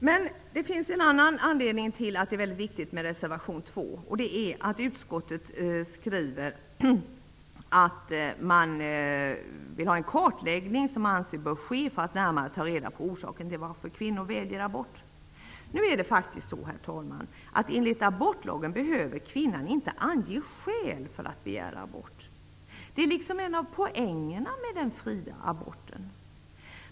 Men det finns en annan anledning till att det är väldigt viktigt med reservation 2, och det är att utskottet skriver att man vill ha en kartläggning för att närmare ta reda på orsaken till att kvinnor väljer abort. Nu är det faktiskt så, herr talman, att enligt abortlagen behöver kvinnan inte ange skäl för att begära abort. Det är liksom en av poängerna med den fria aborten.